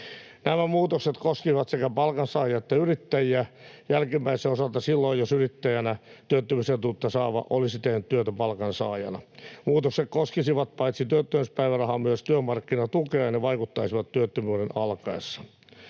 Nämä muutokset koskisivat sekä palkansaajia että yrittäjiä, jälkimmäisten osalta silloin jos yrittäjänä työttömyysetuutta saava olisi tehnyt työtä palkansaajana. Muutokset koskisivat paitsi työttömyyspäivärahaa myös työmarkkinatukea, ja ne vaikuttaisivat työttömyyden alkaessa.